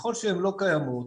ככל שהן לא קיימות